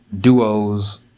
duos